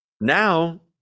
Now